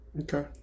Okay